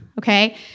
okay